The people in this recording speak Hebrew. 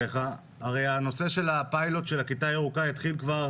הרי הנושא של הפיילוט של הכיתה הירוקה התחיל כבר,